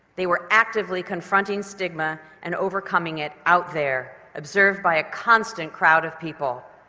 they were actively confronting stigma and overcoming it out there, observed by a constant crowd of people.